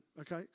okay